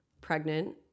pregnant